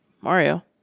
Mario